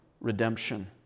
redemption